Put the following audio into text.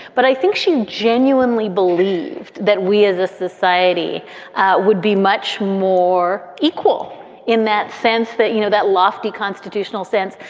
but i think she genuinely believed that we as a society would be much more equal in that sense, that, you know, that lofty constitutional sense,